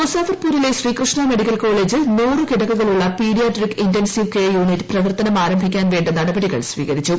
മുസഫർപൂരിലെ Sri Krishna medical കോളേജിൽ നൂറ് കിടക്കകളുള്ള paediatric intensive care unit പ്രവർത്തനം ആരംഭിക്കാൻ വ്വേണ്ട ന്ടപടികൾ സ്വീകരിച്ചു